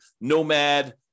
nomad